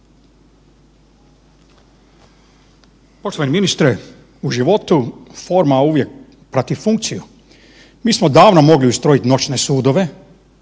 Poštovani ministre. U životu forma uvijek prati funkciju. Mi smo davno mogli ustrojiti noćne sudove